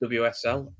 wsl